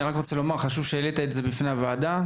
חשוב שהעלית את זה בפני הוועדה,